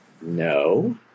no